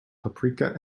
paprika